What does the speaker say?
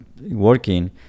working